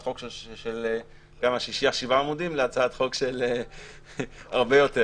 החוק של שישה-שבעה עמודים להצעת חוק של הרבה יותר,